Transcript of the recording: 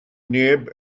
neb